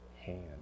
hand